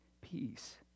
Peace